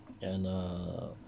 and err